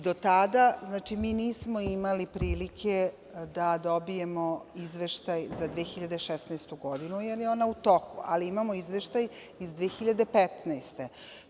Do tada nismo imali prilike da dobijemo izveštaj za 2016. godinu, jer je ona u toku, ali imamo Izveštaj iz 2015. godine.